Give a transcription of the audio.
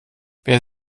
wer